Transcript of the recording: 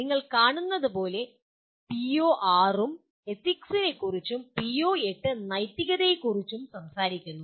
നിങ്ങൾ കാണുന്നതുപോലെ പിഒ6 ഉം എത്തിക്സിനെക്കുറിച്ചും PO8 നൈതികതയെക്കുറിച്ചും സംസാരിക്കുന്നു